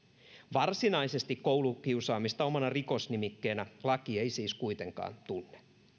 varsinaisesti koulukiusaamista omana rikosnimikkeenä laki ei siis kuitenkaan tunne